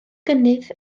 gynnydd